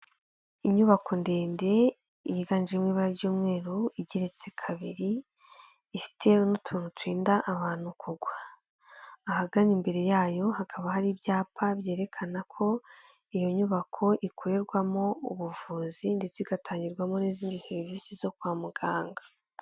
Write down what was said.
Inyubako ndende yiganjemo ibara by'umweru igeretse kabiri ifite n'utuntu turinda abantu kugwa. Ahagana imbere yayo hakaba hari ibyapa byerekana ko iyo nyubako ikorerwamo ubuvuzi ndetse igatangirwamo n'izindi serivisi zo kwa muganga.